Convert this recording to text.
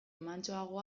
mantsoago